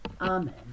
Amen